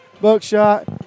Buckshot